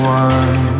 one